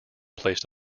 placed